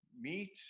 meet